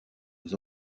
des